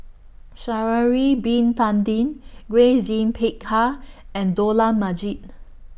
Sha'Ari Bin Tadin Grace Yin Peck Ha and Dollah Majid